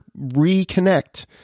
reconnect